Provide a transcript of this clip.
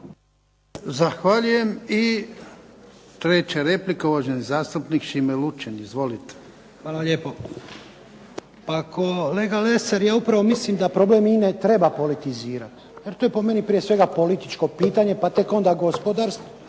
Zahvaljujem. I treća replika uvaženi zastupnik Šime LUčin. Izvolite. **Lučin, Šime (SDP)** Hvala lijepo. Kolega Lesar ja upravo mislim da problem INA-e treba politizirati jer to je prije svega političko pitanje pa tek onda gospodarsko,